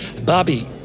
Bobby